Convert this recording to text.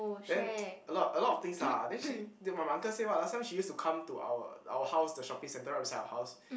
then a lot a lot of things lah then she then my uncle say what ah last time she used to come to our our house the shopping centre right beside our house